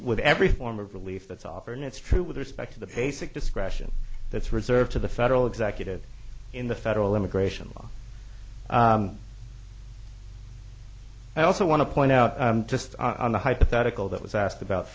with every form of relief that's often it's true with respect to the basic discretion that's reserved to the federal executive in the federal immigration law i also want to point out just on the hypothetical that was asked about